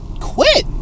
quit